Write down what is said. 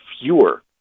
fewer